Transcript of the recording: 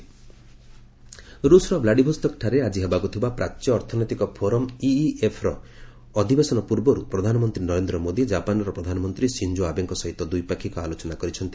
PM talks ରୁଷ୍ର ଭ୍ଲାଡିଭୋସ୍ତକ୍ଠାରେ ଆଜି ହେବାକୁ ଥିବା ପ୍ରାଚ୍ୟ ଅର୍ଥନୈତିକ ଫୋରମ୍ ଇଇଏଫ୍ର ଅଧିବେଶନ ପୂର୍ବରୁ ପ୍ରଧାନମନ୍ତ୍ରୀ ନରେନ୍ଦ୍ର ମୋଦି ଜାପାନ୍ର ପ୍ରଧାନମନ୍ତ୍ରୀ ସିଞ୍ଜୋ ଆବେଙ୍କ ସହିତ ଦ୍ୱିପାକ୍ଷିକ ଆଲୋଚନା କରିଛନ୍ତି